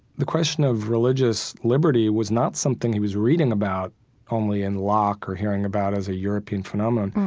the question of religious liberty was not something he was reading about only in locke or hearing about as a european phenomenon.